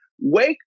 wake